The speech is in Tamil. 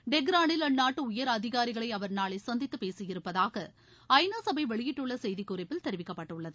டெஹ்ரானில் அந்நாட்டு உயர் அதிகாரிகளை அவர் நாளை சந்தித்து பேசயிருப்பதாக ஐ நா சபை வெளியிட்டுள்ள செய்திக்குறிப்பில் தெரிவிக்கப்பட்டுள்ளது